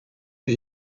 für